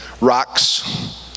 Rocks